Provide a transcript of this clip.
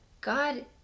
God